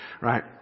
Right